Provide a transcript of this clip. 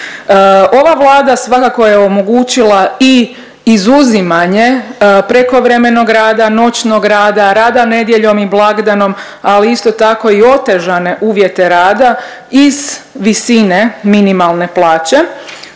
Ova Vlada svakako je omogućila i izuzimanje prekovremenog rada, noćnog rada, rada nedjeljom i blagdanom, ali isto tako i otežane uvjete rada iz visine minimalne plaće